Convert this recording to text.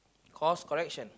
course correction